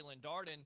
Darden